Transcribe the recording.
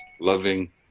Loving